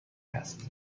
هست